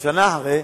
או שנה אחרי,